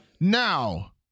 Now